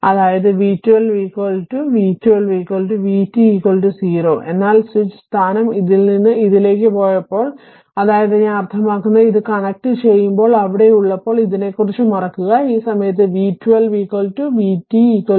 അതായതു v12 v12 vt 0 എന്നാൽ switch സ്ഥാനം ഇതിൽ നിന്ന് ഇതിലേക്ക് പോയപ്പോൾ അതായതു ഞാൻ അർത്ഥമാക്കുന്നത് ഇത് കണക്റ്റുചെയ്യുമ്പോൾ അവിടെയുള്ളപ്പോൾ ഇതിനെക്കുറിച്ച് മറക്കുക ആ സമയത്ത് v 12 vt v0